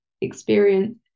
experience